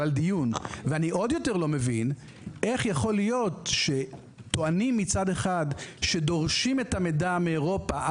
ואני עוד יותר לא מבין שטוענים שדורשים את המידע מאירופה